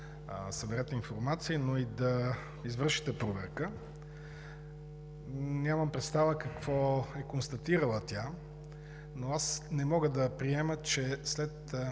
да съберете информация, но и да извършите проверка. Нямам представа какво е констатирала тя. Не мога да приема, че след